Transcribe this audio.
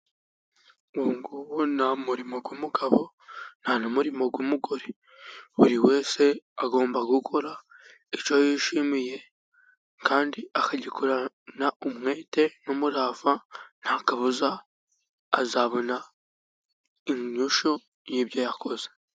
Ubungubu nta murimo w'umugabo nta n'umurimo w'umugore buri wese agomba gukora icyo yishimiye kandi akagikorana umwete n'umurava nta kabuza azabona inyishyu y'ibyo yakoze.